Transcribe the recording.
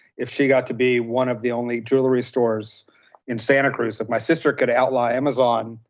if she got to be one of the only jewelry stores in santa cruz, if my sister could outlie amazon,